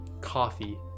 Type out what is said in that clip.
coffee